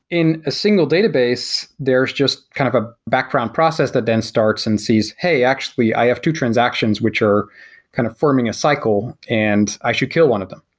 in a single database, there's just kind of a background process that then starts and sees, hey, actually, i have two transactions which are kind of forming a cycle and i should kill one of them,